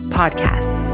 podcast